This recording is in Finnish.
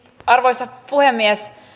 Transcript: arvoisa puhemies